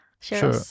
Sure